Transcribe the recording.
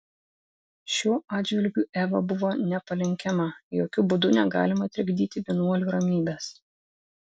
šiuo atžvilgiu eva buvo nepalenkiama jokiu būdu negalima trikdyti vienuolių ramybės